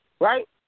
Right